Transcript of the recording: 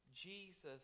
Jesus